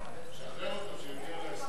שחרר אותו, שיודיע על ההסכמים.